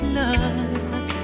love